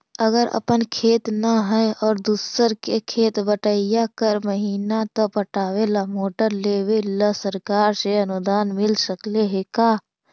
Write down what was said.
अगर अपन खेत न है और दुसर के खेत बटइया कर महिना त पटावे ल मोटर लेबे ल सरकार से अनुदान मिल सकले हे का?